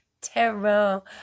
Terrible